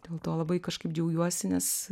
dėl to labai kažkaip džiaugiuosi nes